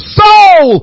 soul